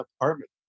apartment